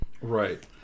Right